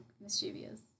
mischievous